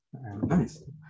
Nice